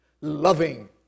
Loving